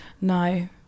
no